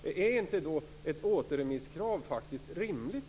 Är inte då ett återremisskrav rimligt?